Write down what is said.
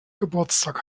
geburtstag